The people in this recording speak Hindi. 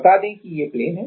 बता दें कि यह प्लेन है